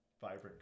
vibrant